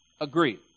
agree